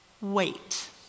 wait